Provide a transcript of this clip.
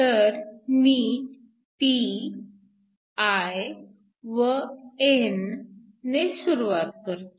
तर मी p i व n ने सुरुवात करतो